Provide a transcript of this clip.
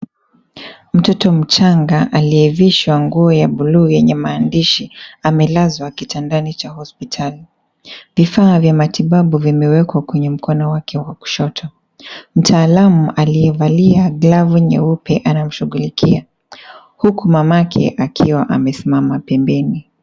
Mtoto mchanga aliyevishwa nguo ya buluu yenye maandishi amelazwa kitandani cha hospitali. Vifaa vya matibabu vimewekwa kwenye mkono wake wa kushoto. Mtaalamu aliyevalia glavu nyeupe anamshughulikia, huku mamake akiwa amesimama pembeni.